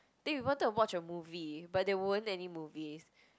think we wanted to watch a movie but there weren't any movies